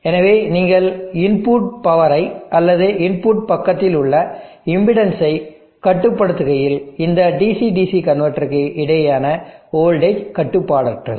எனவே நீங்கள் இன்புட் பவரை அல்லது இன்புட் பக்கத்தில் உள்ள இம்பெடன்ஸ் ஐ கட்டுப்படுத்துகையில் இந்த DC DC கன்வெர்ட்டருக்கு இடையேயான வோல்டேஜ் கட்டுப்பாடற்றது